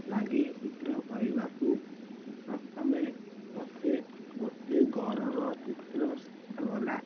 ଲାଗେ ଚିତ୍ର କରିବାକୁ ପ୍ରଥମେ ମୋତେ ଗୋଟିଏ ଘରର ଚିତ୍ର ଶିଖାଗଲା